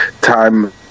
time